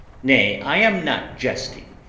nay, i am not jesting.